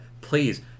Please